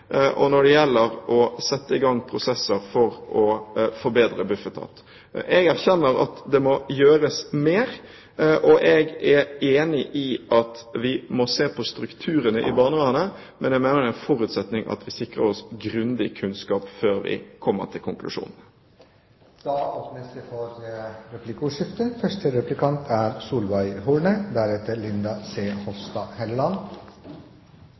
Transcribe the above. barnevernet, når det gjelder å styrke tilsynet, og når det gjelder å sette i gang prosesser for å forbedre Bufetat. Jeg erkjenner at det må gjøres mer, og jeg er enig i at vi må se på strukturene i barnevernet, men jeg mener det er en forutsetning at vi sikrer oss grundig kunnskap før vi kommer til konklusjonen. Det åpnes for replikkordskifte. Det er